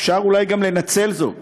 אפשר אולי גם לנצל זאת